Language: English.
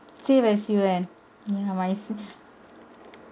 same as you anne ya my